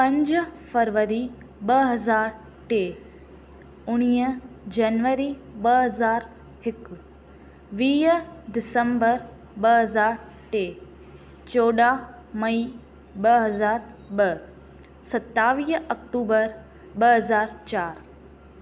पंज फरवरी ॿ हज़ार टे उणिवीह जनवरी ॿ हज़ार हिकु वीह डिसंम्बर ॿ हज़ार टे चोॾहं मई ॿ हज़ार ॿ सतावीह अक्टूबर ॿ हज़ार चार